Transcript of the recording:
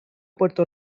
puerto